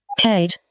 Kate